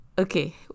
Okay